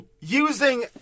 using